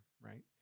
right